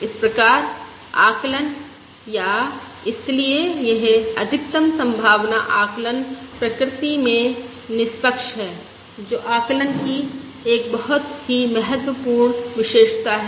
इस प्रकार आकलन या इसलिए यह अधिकतम संभावना आकलन प्रकृति में निष्पक्ष है जो आकलन की एक बहुत ही महत्वपूर्ण विशेषता है